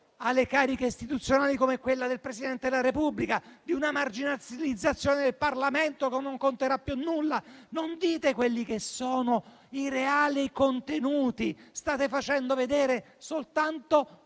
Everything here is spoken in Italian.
alle cariche istituzionali, come quella del Presidente della Repubblica, di una marginalizzazione del Parlamento che non conterà più nulla. Non dite quali sono i reali contenuti, state facendo vedere soltanto